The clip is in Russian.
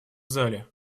зале